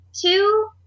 two